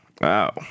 Wow